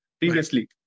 previously